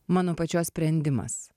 mano pačios sprendimas